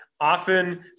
often